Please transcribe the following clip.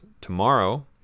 Tomorrow